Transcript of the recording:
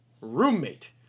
roommate